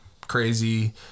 Crazy